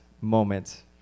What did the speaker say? moment